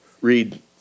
read